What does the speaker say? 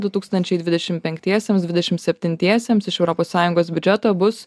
du tūkstančiai dvidešimt penktiesiems dvidešimt septintiesiems iš europos sąjungos biudžeto bus